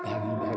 भऽ गेलै भऽ